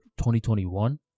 2021